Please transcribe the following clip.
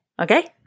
okay